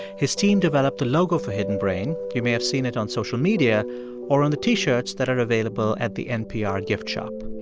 his team developed the logo for hidden brain you may have seen it on social media or on the t-shirts that are available at the npr gift shop.